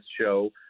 show –